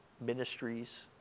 ministries